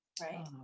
right